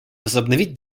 возобновить